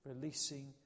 releasing